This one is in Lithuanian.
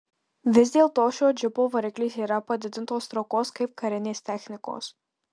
vis dėlto šio džipo variklis yra padidintos traukos kaip karinės technikos